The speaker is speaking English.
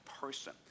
person